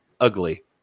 ugly